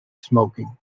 smoking